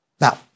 Now